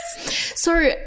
So-